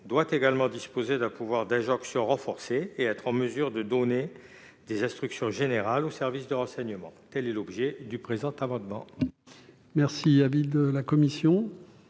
doit également disposer d'un pouvoir d'injonction renforcé et être en mesure de donner des instructions générales aux services de renseignement. Quel est l'avis de la commission